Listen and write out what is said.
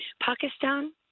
Pakistan